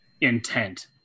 intent